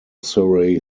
surrey